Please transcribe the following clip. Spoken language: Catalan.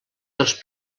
dels